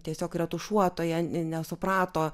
tiesiog retušuotoja ne nesuprato